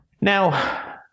Now